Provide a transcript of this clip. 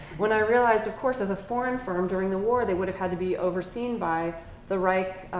when i realized, of course, as a foreign firm during the war, they would've had to be overseen by the like